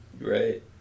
Right